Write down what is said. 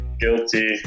Guilty